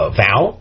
vow